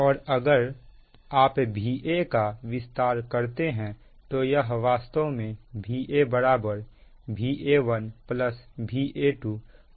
और अगर आप Va का विस्तार करते हैं तो यह वास्तव में Va बराबर Va1 Va2 Va0 है